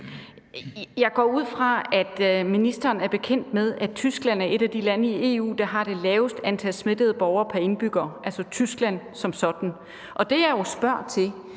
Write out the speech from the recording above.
Jeg går ud fra, at ministeren er bekendt med, at Tyskland er et af de lande i EU, der har det laveste antal smittede borgere pr. indbygger, altså Tyskland som sådan. Det, jeg spørger til,